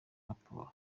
raporo